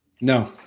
No